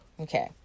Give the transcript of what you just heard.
Okay